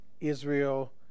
Israel